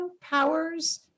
powers